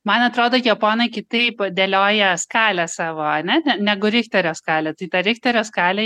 man atrodo japonai kitaip dėlioja skalę savo ane negu richterio skalę tai ta richterio skalė